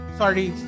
sorry